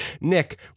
Nick